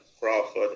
Crawford